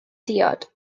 diod